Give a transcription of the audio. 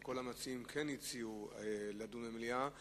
כי כל המציעים הציעו לדון במליאה,